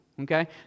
Okay